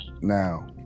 now